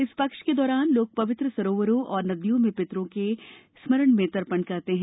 इस पक्ष के दौरान लोग पवित्र सरोवरों और नदियों में पितरों के स्मरण में तर्पण करते हैं